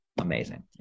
Amazing